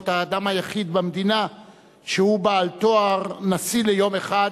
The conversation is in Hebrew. להיות האדם היחיד במדינה שהוא בעל תואר נשיא ליום אחד,